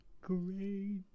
Great